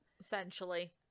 Essentially